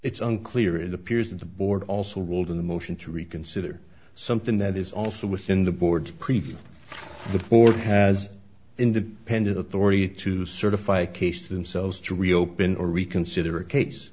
it's unclear it appears that the board also ruled in the motion to reconsider something that is also within the board's prefer the fourth has independent authority to certify case to themselves to reopen or reconsider a case